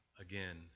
again